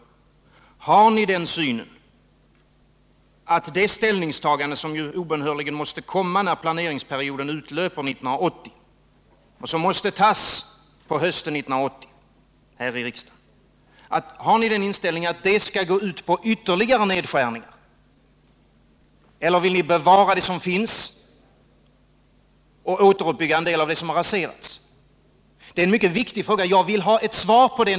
Har socialdemokraterna den synen, att det ställningstagande som obönhörligen måste komma när planeringsperioden utlöper 1980 och som här i riksdagen måste göras på hösten 1980 skall gå ut på ytterligare nedskärningar, eller vill ni bevara det som finns och återuppbygga en del av det som har raserats? Detta är en mycket viktig fråga, och jag vill ha ett svar på den.